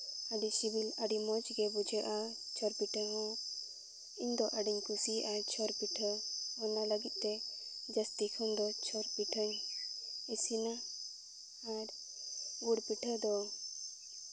ᱟᱹᱰᱤ ᱥᱤᱵᱤᱞ ᱟᱹᱰᱤ ᱢᱚᱡᱽ ᱜᱮ ᱵᱩᱡᱷᱟᱹᱜᱼᱟ ᱪᱷᱚᱨ ᱯᱤᱴᱷᱟᱹ ᱦᱚᱸ ᱤᱧᱫᱚ ᱟᱹᱰᱤᱧ ᱠᱩᱥᱤᱭᱟᱜᱟ ᱪᱷᱚᱨ ᱯᱤᱴᱷᱟᱹ ᱚᱱᱟ ᱞᱟᱹᱜᱤᱫ ᱛᱮ ᱡᱟᱹᱥᱛᱤ ᱠᱷᱚᱱᱫᱚ ᱪᱷᱚᱨ ᱯᱤᱴᱷᱟᱹᱧ ᱤᱥᱤᱱᱟ ᱟᱨ ᱜᱩᱲ ᱯᱤᱴᱷᱟᱹ ᱫᱚ